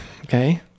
Okay